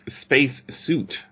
spacesuit